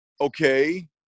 okay